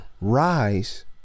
rise